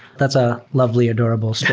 that's a lovely, adorable story.